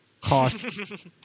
cost